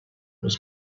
was